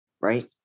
right